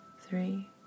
Three